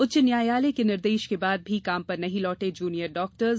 उच्च न्यायालय के निर्देश के बाद भी काम पर नहीं लौटे जूनियर डॉक्टर्स